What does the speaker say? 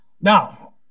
Now